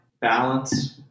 balance